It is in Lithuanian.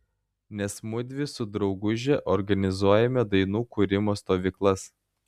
nes mudvi su drauguže organizuojame dainų kūrimo stovyklas